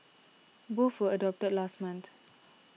both were adopted last month